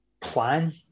plan